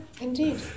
indeed